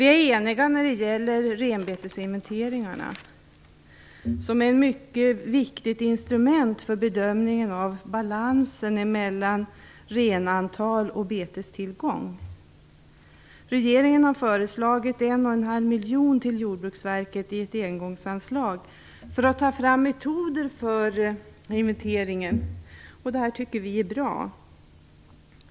Vi är eniga när det gäller renbetesinventeringarna, som är ett mycket viktigt instrument för bedömningen av balansen mellan renantal och betestillgång. Regeringen har föreslagit 1,5 miljoner till Jordbruksverket som ett engångsanslag för att ta fram metoder för inventeringen. Vi tycker att det är bra.